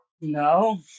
No